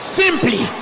simply